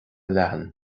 leathan